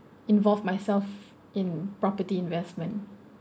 involve myself in property investment